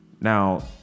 Now